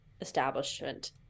establishment